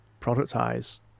productize